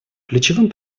ключевым